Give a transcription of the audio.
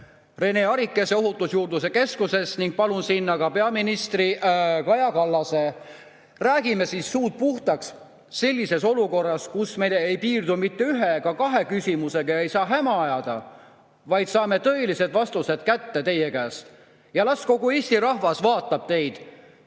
Rene Arikase Ohutusjuurdluse Keskusest ja palun sinna ka peaminister Kaja Kallase. Räägime suud puhtaks sellises olukorras, kus me ei piirdu mitte ühe ega kahe küsimusega ega saa häma ajada, vaid saame tõelised vastused kätte teie käest. Las siis kogu Eesti rahvas vaatab teid,